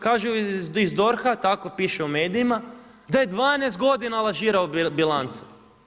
Kažu iz DORH-a, tako piše u medijima, da je 12 godina lažirao bilance.